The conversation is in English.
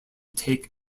take